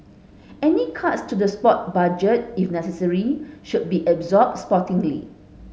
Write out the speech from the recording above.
any cuts to the sport budget if necessary should be absorbed sportingly